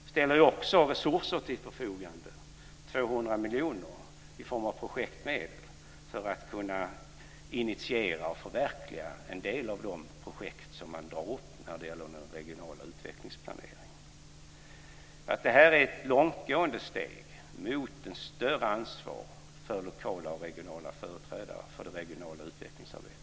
Vi ställer också resurser till förfogande, 200 miljoner kronor i form av projektmedel för att kunna initiera och förverkliga en del av de projekt som man drar upp när det gäller den regionala utvecklingsplaneringen. Det här är ett långtgående steg mot ett större ansvar för lokala och regionala företrädare för det regionala utvecklingsarbetet.